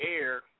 air